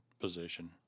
Position